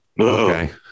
Okay